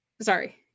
sorry